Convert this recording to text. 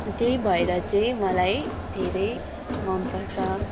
त्यही भएर चाहिँ मलाई धेरै मनपर्छ